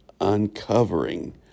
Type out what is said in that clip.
uncovering